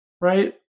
right